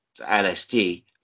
lsd